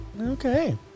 Okay